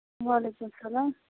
وعلیکُم السلام